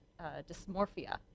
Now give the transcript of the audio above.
dysmorphia